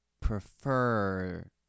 prefer